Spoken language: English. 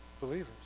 believers